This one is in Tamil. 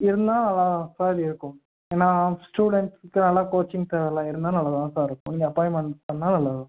இருந்தால் நல்லா தான் சார் இருக்கும் ஏன்னால் ஸ்டுடென்ட்ஸ்சுக்கு நல்லா கோச்சிங்க்கு தேவை இல்லை இருந்தால் நல்லா தான் சார் இருக்கும் நீங்கள் அப்பாயிண்ட்மெண்ட் பண்ணால் நல்லதுதான்